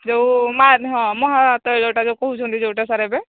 ଯେଉଁ ମହା ତୈଳଟା ଯେଉଁ କହୁଛନ୍ତି ଯେଉଁଟା ସାର୍ ଏବେ